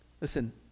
Listen